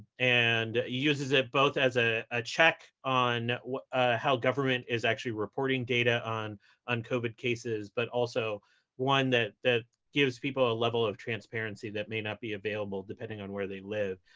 and uses it both as ah a check on how government is actually reporting data on on covid cases, but also one that that gives people a level of transparency that may not be available, depending on where they live.